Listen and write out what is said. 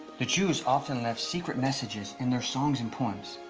the jews often left secret messages in their songs and poems.